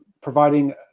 providing